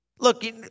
Look